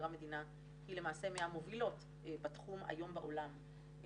המדינה היא למעשה מהמובילות בתחום היום בעולם.